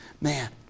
Man